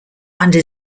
under